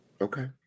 Okay